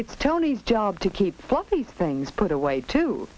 it's tony's job to keep fluffy things put away too